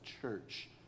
church